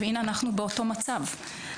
והינה אנחנו באותו מצב.